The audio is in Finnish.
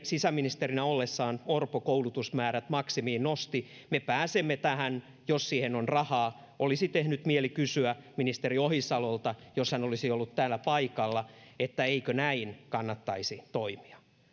sisäministerinä ollessaan orpo koulutusmäärät maksimiin nosti me pääsemme tähän jos siihen on rahaa olisi tehnyt mieli kysyä ministeri ohisalolta jos hän olisi ollut täällä paikalla että eikö kannattaisi toimia näin